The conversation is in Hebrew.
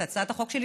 את הצעת החוק שלי,